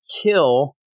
kill